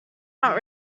not